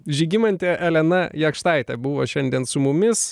žygimantė elena jakštaitė buvo šiandien su mumis